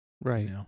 right